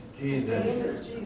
Jesus